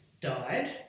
died